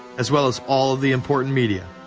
as well as all of the important media.